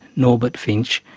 norbert finzsch,